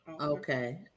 okay